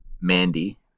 Mandy